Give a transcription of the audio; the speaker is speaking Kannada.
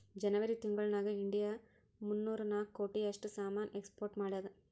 ಜನೆವರಿ ತಿಂಗುಳ್ ನಾಗ್ ಇಂಡಿಯಾ ಮೂನ್ನೂರಾ ನಾಕ್ ಕೋಟಿ ಅಷ್ಟ್ ಸಾಮಾನ್ ಎಕ್ಸ್ಪೋರ್ಟ್ ಮಾಡ್ಯಾದ್